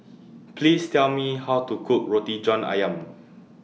Please Tell Me How to Cook Roti John Ayam